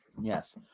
Yes